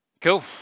cool